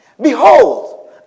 behold